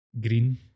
green